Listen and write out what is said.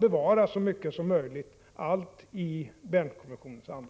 bevara så mycket som möjligt — allt i Bernkonventionens anda.